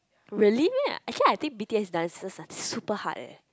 really meh actually I think B_T_S dances are super hard eh